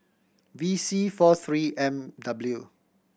V C four Three M W